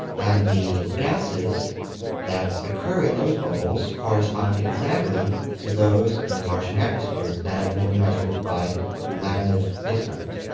and the gases that occur in those bubbles correspond exactly to those in the martian atmosphere that had been measured by landed spacecraft.